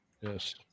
Yes